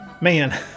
man